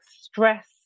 stress